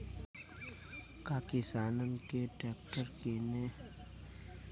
का किसान के ट्रैक्टर खरीदे खातिर कौनो अलग स्किम बा?